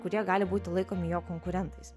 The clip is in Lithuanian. kurie gali būti laikomi jo konkurentais